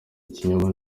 ikinyoma